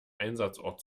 einsatzort